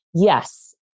Yes